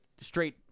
straight